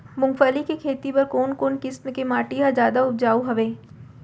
मूंगफली के खेती बर कोन कोन किसम के माटी ह जादा उपजाऊ हवये?